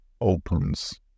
opens